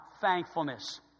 thankfulness